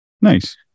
Nice